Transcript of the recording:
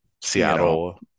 seattle